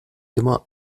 immer